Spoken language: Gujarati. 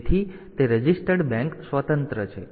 તેથી તે રજિસ્ટર્ડ બેંક સ્વતંત્ર છે